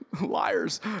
Liars